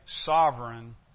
sovereign